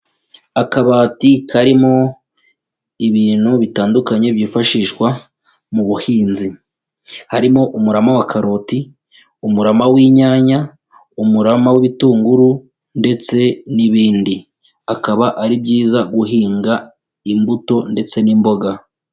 Akabati karimo ibintu bitandukanye byifashishwa mu buhinzi, harimo umurama wa karoti, umurama w'inyanya, umurama w'ibitunguru ndetse n'ibindi, akaba ari byiza guhinga imbuto ndetse n'imboga.